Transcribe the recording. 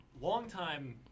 long-time